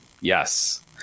yes